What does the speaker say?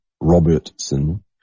Robertson